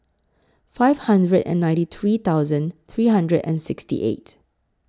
five hundred and ninety three thousand three hundred and sixty eight